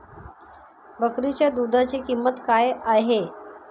बकरीच्या दूधाची किंमत काय आहे?